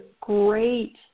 great